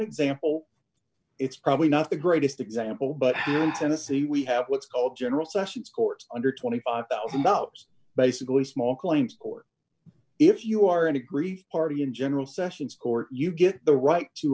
example it's probably not the greatest example but tennessee we have what's called general sessions courts under twenty five dollars mouths basically small claims court if you are and agree party in general sessions court you get the right to